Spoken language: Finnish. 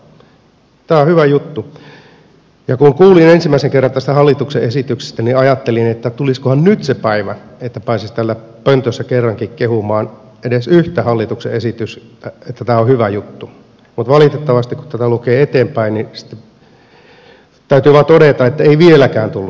tämä on hyvä juttu ja kun kuulin ensimmäisen kerran tästä hallituksen esityksestä niin ajattelin että tulisikohan nyt se päivä että pääsisi täällä pöntössä kerrankin kehumaan edes yhtä hallituksen esitystä että tämä on hyvä juttu mutta valitettavasti kun tätä lukee eteenpäin sitten täytyy vain todeta että ei vieläkään tullut se päivä